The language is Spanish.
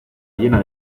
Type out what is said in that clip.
llena